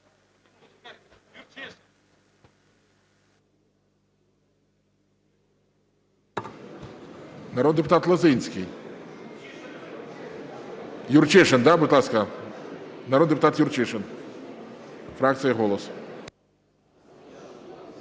Народний депутат Лозинський. Юрчишин, да? Будь ласка, народний депутат Юрчишин, фракція "Голос".